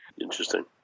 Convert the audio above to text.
Interesting